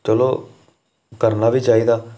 चलो करना बी चाहिदा